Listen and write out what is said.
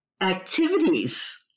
activities